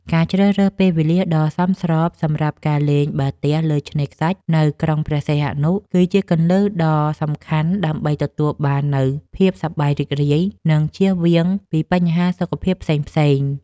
ការជ្រើសរើសពេលវេលាដ៏សមស្របសម្រាប់ការលេងបាល់ទះលើឆ្នេរខ្សាច់នៅក្រុងព្រះសីហនុ គឺជាគន្លឹះដ៏សំខាន់ដើម្បីទទួលបាននូវភាពសប្បាយរីករាយ និងជៀសវាងពីបញ្ហាសុខភាពផ្សេងៗ។